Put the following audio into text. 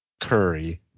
Curry